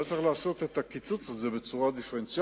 היה צריך לעשות את הקיצוץ הזה בצורה דיפרנציאלית